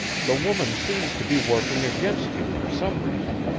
the woman seems to be working against you for some reason,